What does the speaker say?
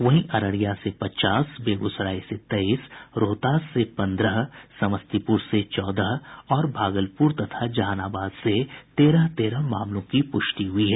वहीं अररिया से पचास बेगूसराय से तेईस रोहतास से पन्द्रह समस्तीपुर से चौदह और भागलपुर तथा जहानाबाद से तेरह तेरह मामलों की पुष्टि हुई है